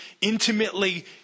intimately